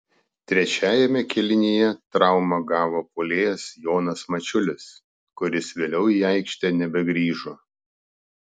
trečiajame kėlinyje traumą gavo puolėjas jonas mačiulis kuris vėliau į aikštę nebegrįžo